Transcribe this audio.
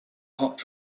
hot